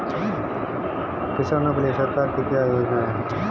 किसानों के लिए सरकार की क्या योजनाएं हैं?